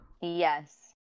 Yes